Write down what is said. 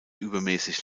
übermäßig